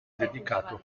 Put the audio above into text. dedicato